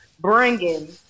bringing